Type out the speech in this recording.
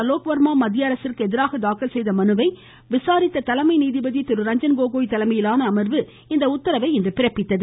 அலோக் வர்மா மத்திய அரசிந்கு எதிராக தாக்கல் செய்த மனுவை இன்று விசாரித்த தலைமை நீதிபதி ரஞ்சன்கோகோய் தலைமையிலான அமர்வு இந்த உத்தரவை பிறப்பித்துள்ளது